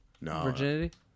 virginity